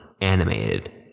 animated